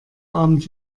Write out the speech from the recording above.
abend